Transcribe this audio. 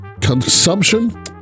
consumption